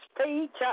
speech